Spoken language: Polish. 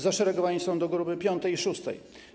Zaszeregowani są do grupy piątej i szóstej.